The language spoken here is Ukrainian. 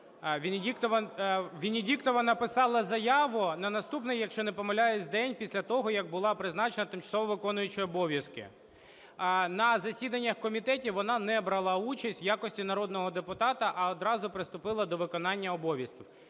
Венедіктова написала заяву на наступний, якщо не помиляюсь, день після того, як була призначена тимчасово виконуючою обов'язки. На засіданнях комітетів вона не брала участь в якості народного депутата, а одразу приступила до виконання обов'язків.